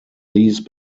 these